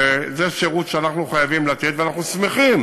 וזה שירות שאנחנו חייבים לתת, ואנחנו שמחים